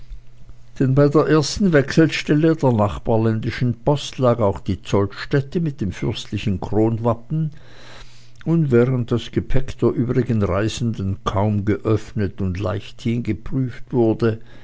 denn bei der ersten wechselstelle der nachbarländischen post lag auch die zollstätte mit dem fürstlichen kronwappen und während das gepäck der übrigen reisenden kaum geöffnet und leichthin geprüft wurde